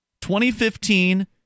2015